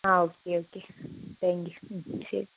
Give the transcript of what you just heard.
ആ okay okay thank you ശരി